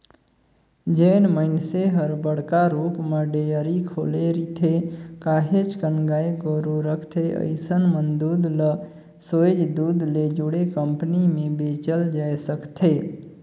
जेन मइनसे हर बड़का रुप म डेयरी खोले रिथे, काहेच कन गाय गोरु रखथे अइसन मन दूद ल सोयझ दूद ले जुड़े कंपनी में बेचल जाय सकथे